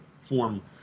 form